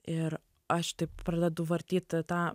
ir aš tik pradedu vartyt tą